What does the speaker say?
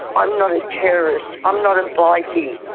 i'm not a terrorist. i'm not a like bikie.